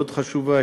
מאוד חשובה,